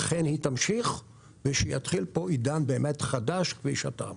אכן היא תמשיך ושיתחיל פה באמת עידן חדש כפי שאתה אמרת.